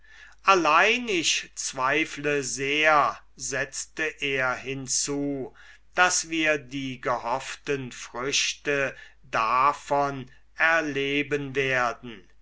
allein ich zweifle sehr setzte er hinzu daß wir die gehofften früchte davon erleben werden